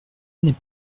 n’est